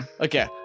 Okay